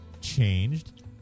changed